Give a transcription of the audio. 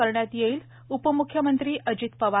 करण्यात येईल उपम्ख्यमंत्री अजित पवार